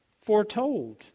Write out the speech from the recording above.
foretold